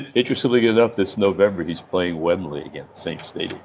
interestingly enough, this november he's playing wembley again, same stadium